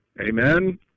Amen